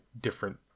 different